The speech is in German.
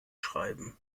schreiben